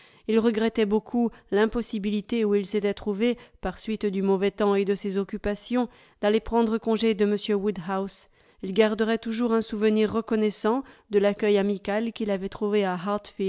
il regrettait beaucoup l'impossibilité où il s'était trouvé par suite du mauvais temps et de ses occupations d'aller prendre congé de m woodhouse il garderait toujours un souvenir reconnaissant de l'accueil amical qu'il avait trouvé à